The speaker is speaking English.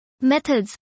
Methods